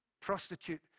Prostitute